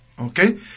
Okay